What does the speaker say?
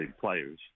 players